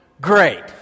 great